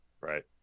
Right